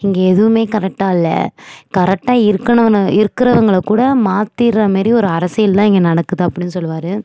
இங்கே எதுவுமே கரெக்டாக இல்லை கரெக்டாக இருக்கணுன்னு இருக்கறவங்களை கூட மாற்றிட்ற மாரி ஒரு அரசியல் தான் இங்கே நடக்குது அப்படின்னு சொல்லுவார்